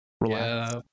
relax